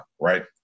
right